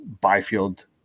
byfield